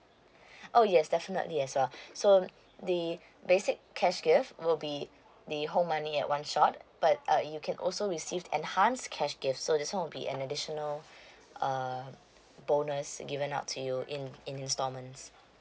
oh yes definitely as well so the basic cash gift will be the whole money at one shot but uh you can also received enhanced cash gift so this will be an additional uh bonus given out to you in installments